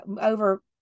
over